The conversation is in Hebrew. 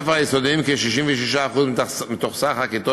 בבתי-הספר היסודיים כ-66% מתוך סך הכיתות